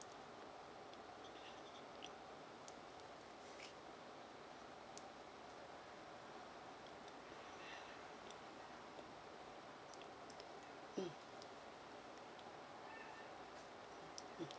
mm